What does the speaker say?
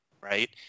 right